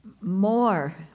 more